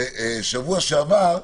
ובשבוע שעבר,